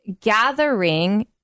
gathering